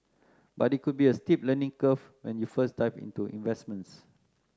but it could be a steep learning curve when you first dive into investments